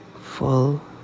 full